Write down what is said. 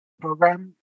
program